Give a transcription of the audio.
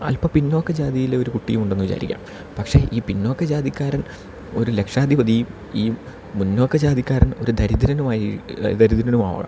അല്പം പിന്നോക്ക ജാതിയിലെ ഒരു കുട്ടിയും ഉണ്ടെന്ന് വിചാരിക്കുക പക്ഷേ ഈ പിന്നോക്ക ജാതിക്കാരൻ ഒരു ലക്ഷാധിപതിയു ഈ മുന്നോക്ക ജാതിക്കാരൻ ഒരു ദരിദ്രനുമായി ദരിദ്രനുമാവാം